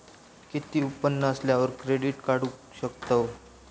किती उत्पन्न असल्यावर क्रेडीट काढू शकतव?